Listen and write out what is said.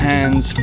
hands